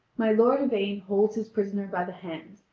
my lord yvain holds his prisoner by the hand,